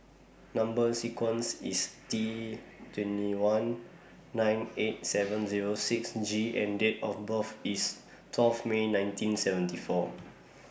Number sequence IS T twenty one nine eight seven Zero six G and Date of birth IS twelve May nineteen seventy four